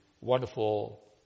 wonderful